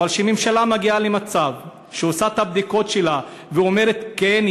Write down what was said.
אבל כשממשלה מגיעה למצב שהיא עושה את הבדיקות שלה ואומרת: כן,